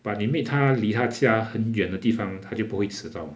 but 你 meet 他离他家很远的地方他就不会迟到